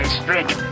strength